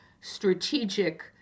strategic